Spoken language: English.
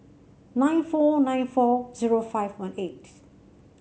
nine four nine four zero five one eight